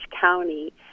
County